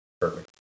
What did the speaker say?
perfect